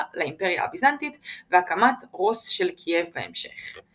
לאימפריה הביזנטית והקמת רוס של קייב בהמשך.